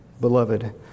Beloved